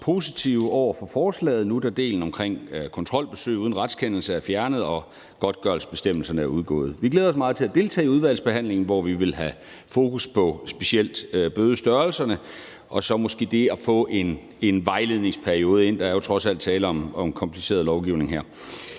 positivt over for forslaget, nu da delen omkring kontrolbesøg uden retskendelse er fjernet og godtgørelsesbestemmelserne er udgået. Vi glæder os meget til at deltage i udvalgsbehandlingen, hvor vi vil have fokus på specielt bødestørrelserne og så måske på det med at få en vejledningsperiode ind. Der er jo trods alt tale om kompliceret lovgivning.